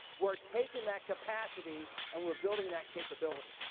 we're taking that capacity and we're building that capability.